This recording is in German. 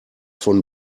von